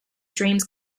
dreams